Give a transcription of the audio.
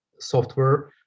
software